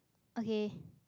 okay